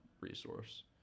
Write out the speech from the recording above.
resource